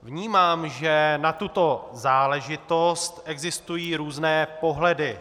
Vnímám, že na tuto záležitost existují různé pohledy.